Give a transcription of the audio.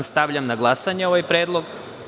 Stavljam na glasanje ovaj predlog.